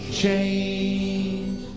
change